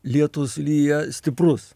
lietus lyja stiprus